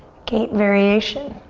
gate variation.